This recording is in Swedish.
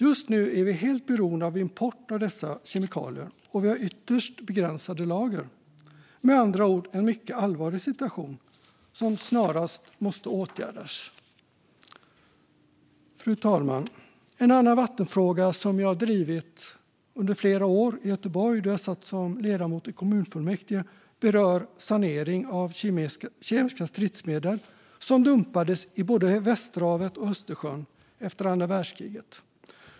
Just nu är vi helt beroende av import av dessa kemikalier, och vi har ytterst begränsade lager - med andra ord en mycket allvarlig situation som snarast måste åtgärdas. Fru talman! En annan vattenfråga som jag drivit under flera år i Göteborg då jag satt som ledamot i kommunfullmäktige berör sanering av kemiska stridsmedel som dumpades i både Västerhavet och Östersjön efter andra världskriget.